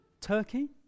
turkey